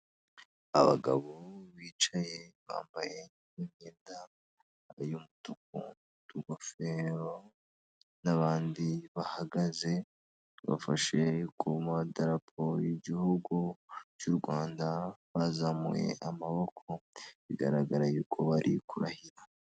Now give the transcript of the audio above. Abagabo bicaye bambaye imyenda y'umutuku utugofero n'bandi bahagaze bafashe ku mada rapo y'igihugu cy'u Rwanda, bazamuye amaboko bigaragara yuko bari kurahira.